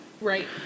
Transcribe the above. right